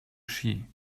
ski